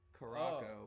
Caraco